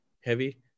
heavy